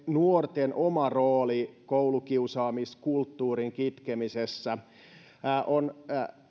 nuorten oman roolin koulukiusaamiskulttuurin kitkemisessä olen